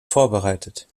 vorbereitet